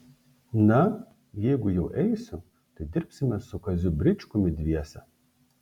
na jeigu jau eisiu tai dirbsime su kaziu bričkumi dviese